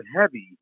heavy